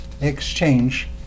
exchange